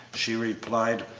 she replied,